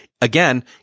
again